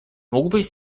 mógłbyś